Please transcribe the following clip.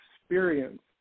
experience